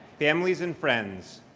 families and friends.